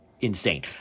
insane